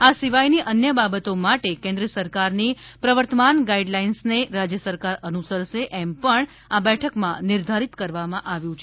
આ સિવાયની અન્ય બાબતો માટે કેન્દ્ર સરકાર ની પ્રવર્તમાન ગાઈડ લાઇન્સને રાજ્ય સરકાર અનુસરશે એમ પણ આ બેઠક માં નિર્ધારિત કરવામાં આવ્યું છે